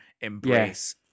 embrace